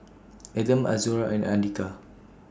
Adam Azura and Andika